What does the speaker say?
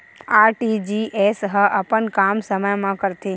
RTGS ह अपन काम समय मा करथे?